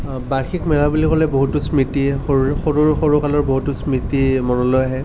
বাৰ্ষিক মেলা বুলি ক'লে বহুতো স্মৃতিয়ে সৰুৰে সৰু সৰুৰে কালৰ বহুতো স্মৃতিয়ে মনলৈ আহে